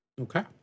Okay